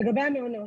לגבי המעונות: